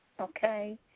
okay